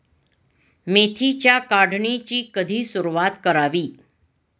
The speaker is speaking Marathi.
मेथीच्या काढणीची कधी सुरूवात करावी?